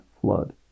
Flood